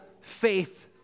faith